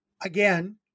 Again